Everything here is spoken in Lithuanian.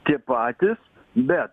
tie patys bet